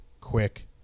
quick